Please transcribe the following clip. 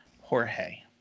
Jorge